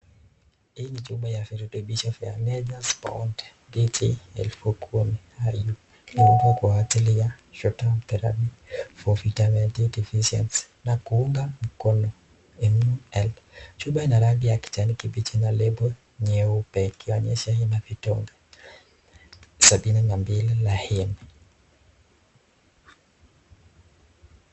Hii ni chupa ya food supplement ya D3 Sport 10,000 IU kwa ajili ya short-term therapy for vitamin D deficiency na kuunga mkono immune health . Chupa ina rangi ya kijani kibichi na label nyeupe ikionyesha ina vidonge 72 laini.